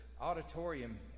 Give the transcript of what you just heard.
auditorium